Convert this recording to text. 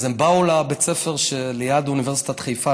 אז הם באו לבית הספר שליד אוניברסיטת חיפה,